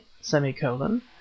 semicolon